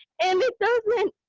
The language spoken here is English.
and it doesn't